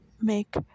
make